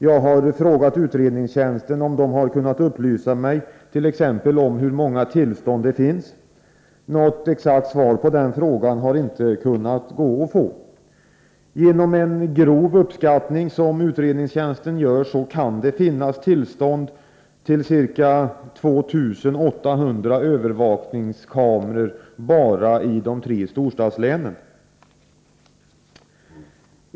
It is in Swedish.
Jag har frågat riksdagens utredningstjänst om den kunde upplysa mig om t.ex. hur många tillstånd som finns. Något exakt svar på frågan har jag emellertid inte kunnat få. Enligt en grov uppskattning som utredningstjänsten gör kan det finnas tillstånd till ca 2 800 övervakningskameror bara i våra tre storstadslän.